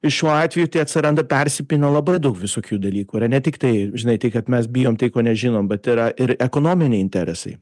ir šiuo atveju tai atsiranda persipina labai daug visokių dalykų yra ne tik tai žinai tai kad mes bijom tai ko nežinom bet yra ir ekonominiai interesai